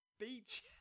beach